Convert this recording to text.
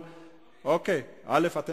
אני מאוד מבקש, מאיפה הציטוטים האלה?